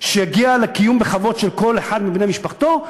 כדי שיגיע לקיום בכבוד של כל אחד מבני משפחתו,